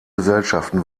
gesellschaften